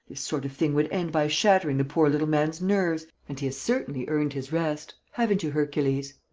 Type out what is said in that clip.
sort of thing would end by shattering the poor little man's nerves. and he has certainly earned his rest, haven't you, hercules?